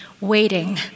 waiting